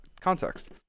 context